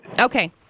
Okay